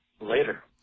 later